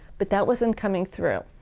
but that wasn't coming through.